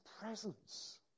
presence